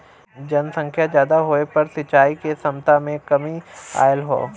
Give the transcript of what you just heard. जनसंख्या जादा होये पर सिंचाई के छमता में कमी आयल हौ